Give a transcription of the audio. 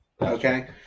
Okay